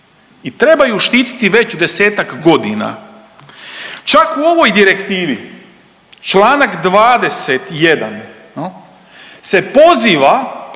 i trebaju štiti već 10-ak godina. Čak u ovoj direktivi Članak 21. jel se poziva